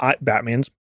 batman's